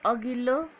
अघिल्लो